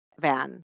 van